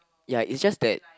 ya is just that